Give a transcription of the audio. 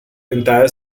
entire